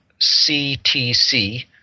CTC